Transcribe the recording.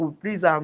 Please